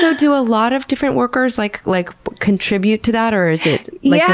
so do a lot of different workers like like contribute to that? or is it, yeah